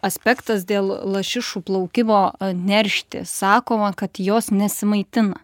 aspektas dėl lašišų plaukimo neršti sakoma kad jos nesimaitina